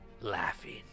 laughing